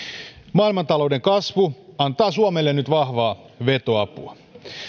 maailmantalouden kasvu antaa suomelle nyt vahvaa vetoapua